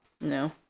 No